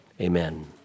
Amen